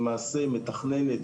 למעשה מתכננת